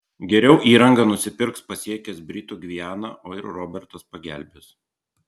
geriau įrangą nusipirks pasiekęs britų gvianą o ir robertas pagelbės